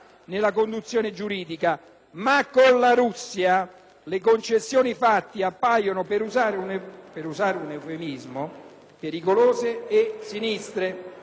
nella conduzione giuridica. Ma con la Russia le concessioni fatte appaiono, per usare un eufemismo, pericolose e sinistre.